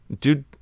dude